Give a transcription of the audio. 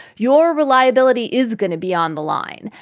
your reliability is going to be on the line.